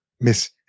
miss